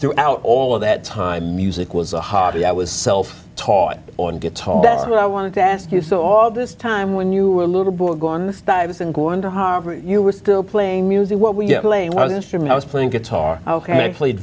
throughout all of that time music was a hobby i was self taught on guitar that's what i wanted to ask you so all this time when you were a little boy gone stuyvesant going to harvard you were still playing music what we play was instrument i was playing guitar ok i played